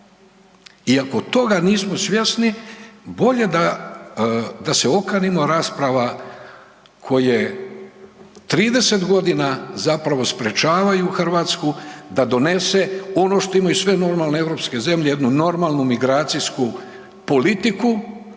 I ako toga nismo svjesni bolje da se okanimo rasprava koje 30 godina sprečavaju Hrvatsku da donese ono što imaju normalne europske zemlje jednu normalnu migracijsku politiku